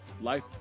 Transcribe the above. Life